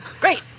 Great